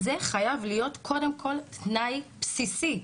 זה חייב להיות קודם כל תנאי בסייסי.